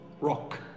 Rock